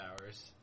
hours